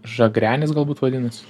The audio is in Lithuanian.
žagrenis galbūt vadinasi